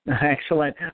Excellent